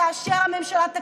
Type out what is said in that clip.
תאשר הממשלה,